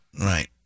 right